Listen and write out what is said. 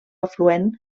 afluent